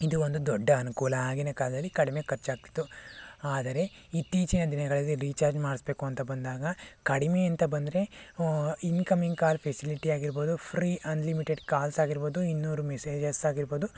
ಇದು ಒಂದು ದೊಡ್ಡ ಅನುಕೂಲ ಆಗಿನ ಕಾಲದಲ್ಲಿ ಕಡಿಮೆ ಖರ್ಚಾಗ್ತಿತ್ತು ಆದರೆ ಇತ್ತೀಚಿನ ದಿನಗಳಲ್ಲಿ ರೀಚಾರ್ಜ್ ಮಾಡಿಸ್ಬೇಕು ಅಂತ ಬಂದಾಗ ಕಡಿಮೆ ಅಂತ ಬಂದರೆ ಇನ್ಕಮಿಂಗ್ ಕಾಲ್ ಫೆಸಿಲಿಟಿ ಆಗಿರ್ಬೋದು ಫ್ರೀ ಅನ್ಲಿಮಿಟೆಡ್ ಕಾಲ್ಸ್ ಆಗಿರ್ಬೋದು ಇನ್ನೂರು ಮೆಸೇಜಸ್ ಆಗಿರ್ಬೋದು